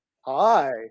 Hi